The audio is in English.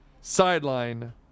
sideline